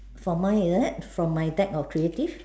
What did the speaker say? from mine lab from my back of creative